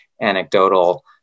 anecdotal